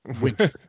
winter